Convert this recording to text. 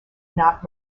not